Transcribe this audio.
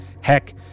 Heck